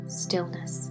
stillness